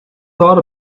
thought